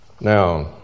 Now